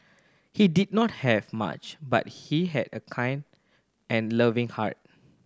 he did not have much but he had a kind and loving heart